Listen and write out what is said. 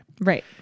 Right